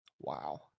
Wow